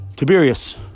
Tiberius